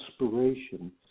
inspiration